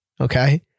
Okay